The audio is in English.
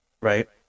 right